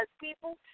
people